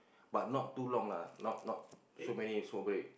but not too long lah not not so many so big